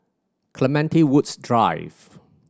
Clementi Woods Drive